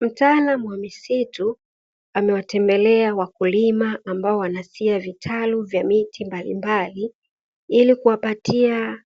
Mtaalam wa misitu amewatembelea wakulima ambao wanasia vitalu vya miti mbalimbali ili kuwapatia